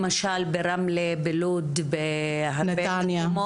למשל ברמלה, בלוד, בנתניה.